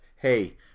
hey